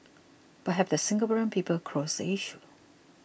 but have the Singaporean people closed the issue